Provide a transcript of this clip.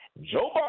Joe